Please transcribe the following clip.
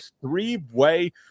three-way